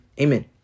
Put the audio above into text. Amen